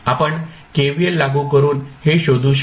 आपण KVL लागू करून हे शोधू शकता